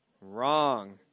wrong